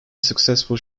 successful